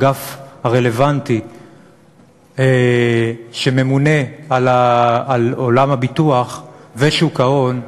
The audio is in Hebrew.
האגף הרלוונטי שממונה על עולם הביטוח ושוק ההון,